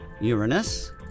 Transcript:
Uranus